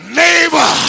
neighbor